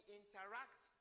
interact